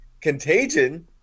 Contagion